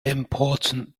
important